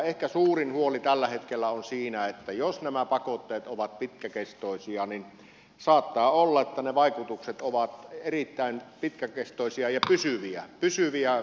ehkä suurin huoli tällä hetkellä on siinä että jos nämä pakotteet ovat pitkäkestoisia niin saattaa olla että ne vaikutukset ovat erittäin pitkäkestoisia ja pysyviä